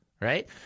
Right